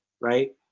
right